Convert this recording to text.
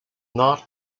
not